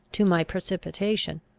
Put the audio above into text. to my precipitation!